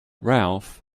ralph